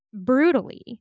brutally